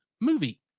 movie